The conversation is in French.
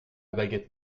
baguette